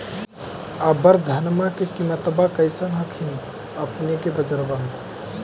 अबर धानमा के किमत्बा कैसन हखिन अपने के बजरबा में?